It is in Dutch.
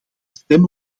stem